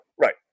right